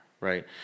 right